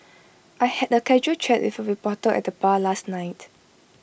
I had A casual chat with A reporter at the bar last night